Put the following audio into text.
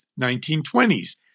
1920s